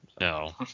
No